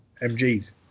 MGs